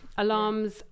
alarms